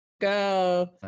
go